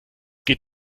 geht